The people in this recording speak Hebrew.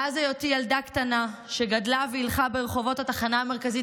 מאז היותי ילדה קטנה שגדלה והילכה ברחובות התחנה המרכזית